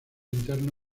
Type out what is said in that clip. interno